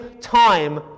time